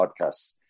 podcasts